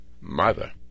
mother